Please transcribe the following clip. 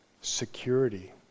Security